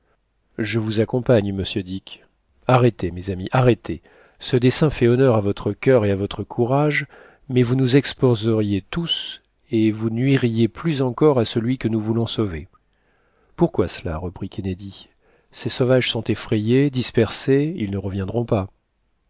je vous accompagne monsieur dick arrêtez mes amis arrêtez ce dessein fait honneur à votre cur et à votre courage mais vous nous exposeriez tous et vous nuiriez plus encore à celui que nous voulons sauver pourquoi cela reprit kennedy ces sauvages sont effrayés dispersés ils ne reviendront pas